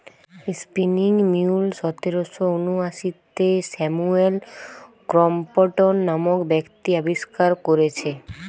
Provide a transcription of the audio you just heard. spinning mule সতেরশ ঊনআশিতে Samuel Crompton নামক ব্যক্তি আবিষ্কার কোরেছে